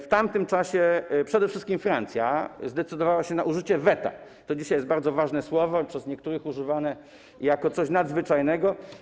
W tamtym czasie przede wszystkim Francja zdecydowała się na użycie weta - to dzisiaj jest bardzo ważne słowo, przez niektórych używane jako coś nadzwyczajnego.